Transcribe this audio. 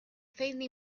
faintly